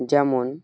যেমন